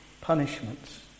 punishments